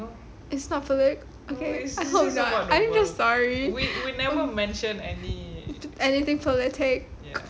it's not politic okay I'm so sorry anything politic